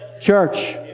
Church